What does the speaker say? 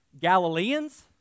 Galileans